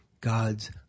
God's